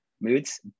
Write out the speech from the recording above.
moods